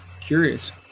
curious